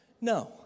No